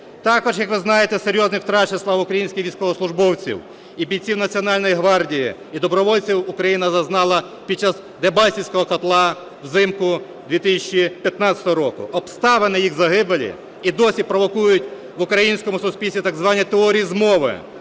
Також, як визнаєте, серйозних втрат з числа українських військовослужбовців і бійців Національної Гвардії і добровольців, Україна зазнала під час Дебальцевського котла взимку 2015 року. Обставини їх загибелі і досі провокують в українському суспільстві так звані теорії змови,